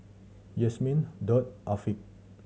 Yasmin Daud Afiq